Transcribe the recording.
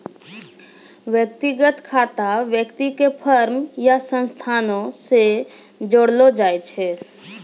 व्यक्तिगत खाता व्यक्ति के फर्म या संस्थानो से जोड़लो जाय छै